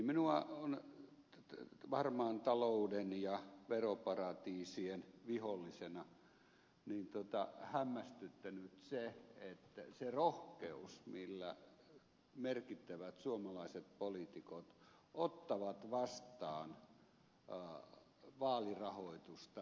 minua on harmaan talouden ja veroparatiisien vihollisena hämmästyttänyt se rohkeus millä merkittävät suomalaiset poliitikot ottavat vastaan vaalirahoitusta veroparatiiseista